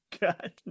God